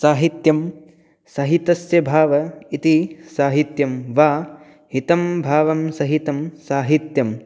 साहित्यं सहितस्य भावः इति साहित्यं वा इतं भावं सहितं साहित्यम्